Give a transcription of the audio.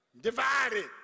divided